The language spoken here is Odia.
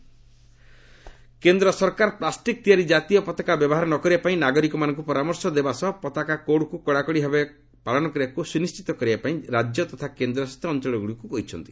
ଆଡ୍ଭାଇକରି କେନ୍ଦ୍ର ସରକାର ପ୍ଲାଷ୍ଟିକ୍ ତିଆରି ଜାତୀୟ ପତାକା ବ୍ୟବହାର ନକରିବା ପାଇଁ ନାଗରିକମାନଙ୍କୁ ପରାମର୍ଶ ଦେବା ସହ ପତାକା କୋର୍ଡକୁ କଡ଼ାକଡ଼ି ଭାବେ ପାଳନକୁ ସୁନିଶ୍ଚିତ କରାଇବା ପାଇଁ ରାଜ୍ୟ ତଥା କେନ୍ଦ୍ରଶାସିତ ଅଞ୍ଚଳଗୁଡ଼ିକୁ କହିଛନ୍ତି